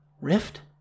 Rift